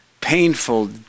painful